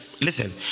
listen